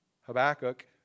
Habakkuk